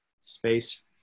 space